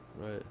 right